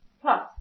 Plus